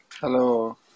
Hello